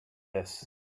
this